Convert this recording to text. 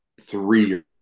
three